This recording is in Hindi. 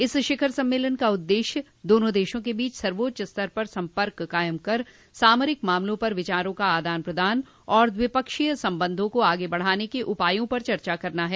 इस शिखर सम्मेलन का उद्देश्य दोनों देशों के बीच सर्वोच्च स्तर पर संपर्क कायम कर सामरिक मामलों पर विचारों का आदान प्रदान और द्विपक्षीय संबंधों को आगे बढ़ाने के उपायों पर चर्चा करना है